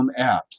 apps